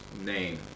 name